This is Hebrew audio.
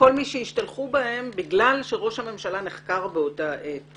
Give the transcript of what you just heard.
בכל מי שהשתלחו בהם בגלל שראש הממשלה נחקר באותה העת,